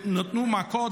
נתנו מכות.